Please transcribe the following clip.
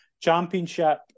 Championship